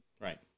Right